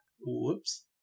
Whoops